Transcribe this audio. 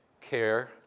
care